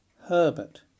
Herbert